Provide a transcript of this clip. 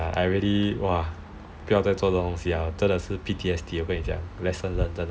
I really !wah! 不要再做这样的东西 liao 真的是 P_T_S_D 我跟你讲 lesson learnt 真的